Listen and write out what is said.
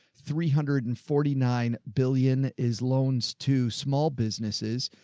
three hundred and forty nine billion is loans to small businesses.